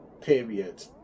period